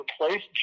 replaced